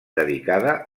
dedicada